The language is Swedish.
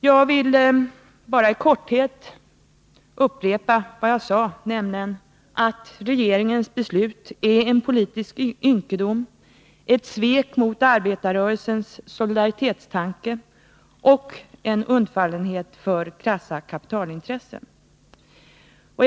Jag vill bara i korthet upprepa vad jag sade, nämligen att regeringens beslut är en politisk ynkedom, ett svek mot arbetarrörelsens solidaritetstanke och en undfallenhet gentemot krassa kapitalintressen.